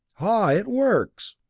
ah it works.